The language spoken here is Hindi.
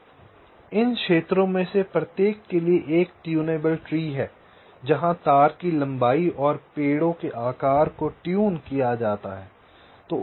इन क्षेत्रों में से प्रत्येक के लिए एक ट्यूनेबल ट्री है जहां तार की लंबाई और पेड़ों के आकार को ट्यून किया जाता है